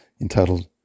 entitled